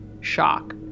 shock